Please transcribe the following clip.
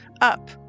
Up